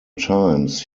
times